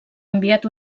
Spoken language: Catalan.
enviat